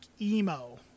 emo